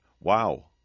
Wow